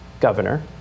governor